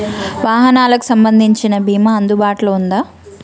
వాహనాలకు సంబంధించిన బీమా అందుబాటులో ఉందా?